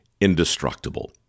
indestructible